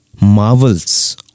marvels